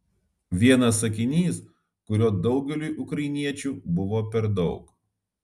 vienas sakinys kurio daugeliui ukrainiečių buvo per daug